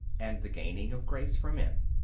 and the gaining of grace for men.